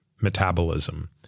metabolism